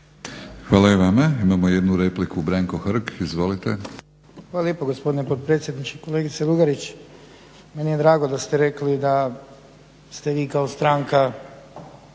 Hvala i vama. Imamo jednu repliku, Branko Hrg. Izvolite. **Hrg, Branko (HSS)** Hvala lijepo gospodine potpredsjedniče. Kolegice Lugarić meni je drago da ste rekli da ste vi kao stranka